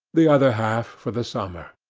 the other half for the summer.